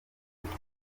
kwezi